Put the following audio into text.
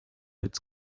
its